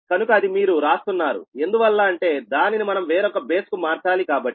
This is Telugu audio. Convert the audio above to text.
కనుక అది మీరు రాస్తున్నారు ఎందువల్ల అంటే దానిని మనం వేరొక బేస్ కు మార్చాలి కాబట్టి